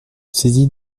saisis